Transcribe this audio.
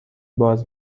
باز